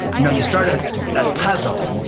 you know you start a ah puzzle,